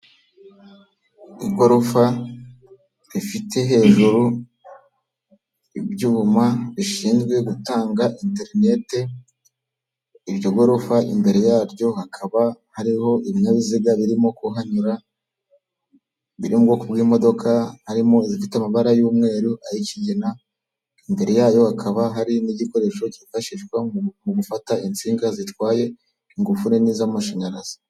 Igorofa rifite hejuru ibyuma bishinzwe gutanga interinete, iryo gorofa imbere yaryo hakaba hariho ibinyabiziga birimo kuhanyura biri mu bwoko bw'imodoka, harimo izifite amabara y'umweru, ayikigina, imbere yayo hakaba hari n'igikoresho cyifashishwa mu gufata insinga zitwaye ingufu nini z'amashanyarazi.